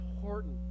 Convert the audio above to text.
important